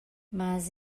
mas